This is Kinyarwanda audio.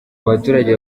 baturage